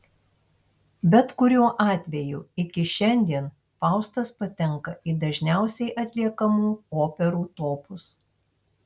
bet kuriuo atveju iki šiandien faustas patenka į dažniausiai atliekamų operų topus